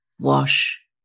wash